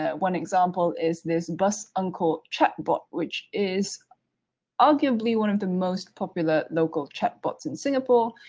ah one example is this bus uncle chatbot which is arguably one of the most popular local chatbots in singapore.